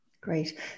Great